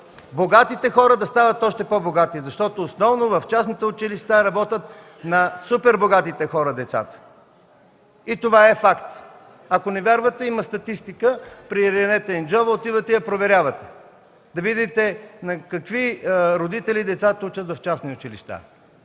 богатите хора да стават още по-богати, защото основно в частните училища са децата на супербогатите хора. Това е факт. Ако не вярвате, има статистика при Ренета Инджова – отивате и я проверявате, за да видите на какви родители децата учат в частни училища.